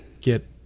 get